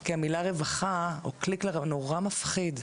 כי המילה "רווחה" או "קליק לרווחה" נורא מפחיד.